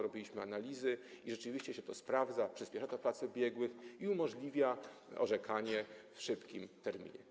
Robiliśmy analizy i rzeczywiście się to sprawdza, przyspiesza to pracę biegłych i umożliwia orzekanie w szybkim terminie.